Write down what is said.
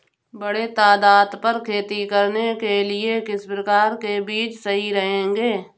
बड़े तादाद पर खेती करने के लिए किस प्रकार के बीज सही रहेंगे?